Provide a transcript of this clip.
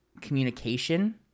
communication